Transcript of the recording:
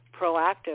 proactive